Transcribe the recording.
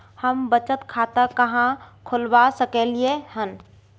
हम बचत खाता कहाॅं खोलवा सकलिये हन?